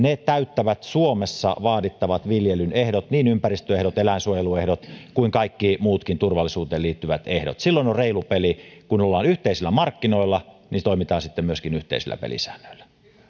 täyttävät suomessa vaadittavat viljelyn ehdot niin ympäristöehdot eläinsuojeluehdot kuin kaikki muutkin turvallisuuteen liittyvät ehdot silloin on reilu peli kun ollaan yhteisillä markkinoilla niin toimitaan sitten myöskin yhteisillä pelisäännöillä